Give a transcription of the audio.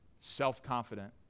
self-confident